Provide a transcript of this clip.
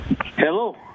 Hello